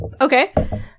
Okay